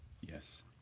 Yes